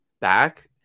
back